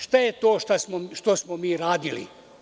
Šta je to što smo mi radili?